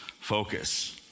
focus